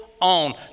on